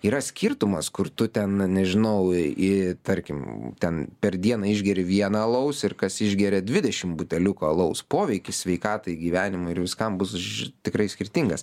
yra skirtumas kur tu ten nežinau į tarkim ten per dieną išgeri vieną alaus ir kas išgeria dvidešim buteliukų alaus poveikis sveikatai gyvenimui ir viskam bus tikrai skirtingas